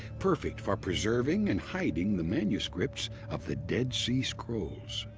perfect for preserving and hiding the manuscripts of the dead sea scrolls.